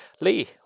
lee